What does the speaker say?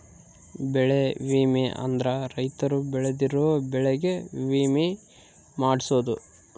ಬೆಳೆ ವಿಮೆ ಅಂದ್ರ ರೈತರು ಬೆಳ್ದಿರೋ ಬೆಳೆ ಗೆ ವಿಮೆ ಮಾಡ್ಸೊದು